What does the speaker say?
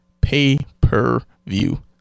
pay-per-view